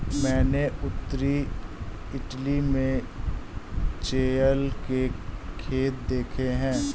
मैंने उत्तरी इटली में चेयल के खेत देखे थे